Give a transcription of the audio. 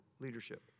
leadership